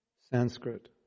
Sanskrit